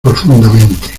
profundamente